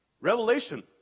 Revelation